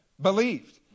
believed